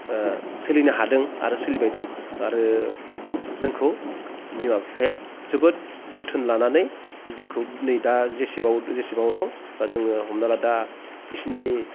सोलिनो हादों आरो सोलिबाय दं आरो जोंखौ बिमा बिफाया जोबोद जोथोन लानानै जोंखो नै दा जेसे जेसेबांआव दं बा जों हमनानै ला दा बिसोरनि